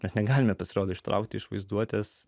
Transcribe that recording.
mes negalime pasirodo ištraukti iš vaizduotės